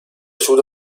sud